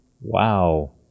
Wow